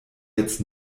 jetzt